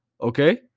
okay